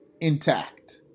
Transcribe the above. intact